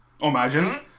imagine